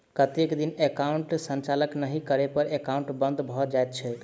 कतेक दिन एकाउंटक संचालन नहि करै पर एकाउन्ट बन्द भऽ जाइत छैक?